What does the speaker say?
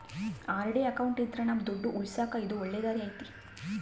RD account ಇದ್ರ ನಮ್ ದುಡ್ಡು ಉಳಿಸಕ ಇದು ಒಳ್ಳೆ ದಾರಿ ಐತಿ